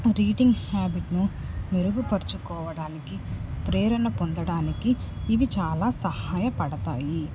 reading హ్యాబిట్ను మెరుగుపరుచుకోవడానికి ప్రేరణ పొందడానికి ఇవి చాలా సహాయపడతాయి